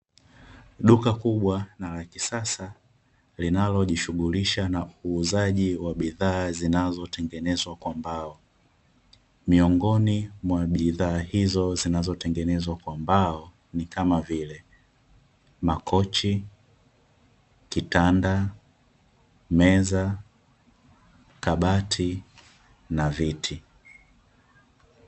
Duka kubwa na la kisasa linalojishughulisha na uuzaji wa bidhaa zinazotengenezwa kwa mbao, miongoni mwa bidhaa hizo zinazotengenezwa kwa mbao ni kama vile makochi, vitanda, meza, kabati na viti.